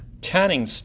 tanning